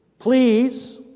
please